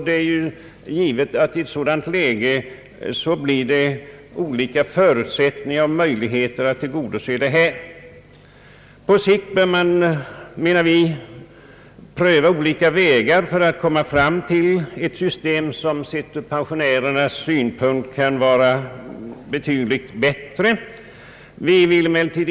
Det är givet att det då blir olika förutsättningar och möjligheter att tillgodose behovet. På sikt bör man, menar vi, pröva olika vägar för att komma fram till ett system som sett ur pensionärernas synpunkt kan vara betydligt bättre än det nuvarande.